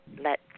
let